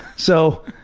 so,